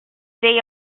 they